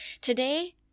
Today